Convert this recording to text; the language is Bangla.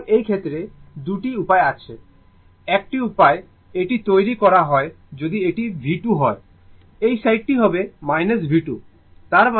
সুতরাং এই ক্ষেত্রে 2 উপায় আছে 1 উপায় এটি তৈরি করা হয় যদি এটি V2 হয় এই সাইড টি হবে V2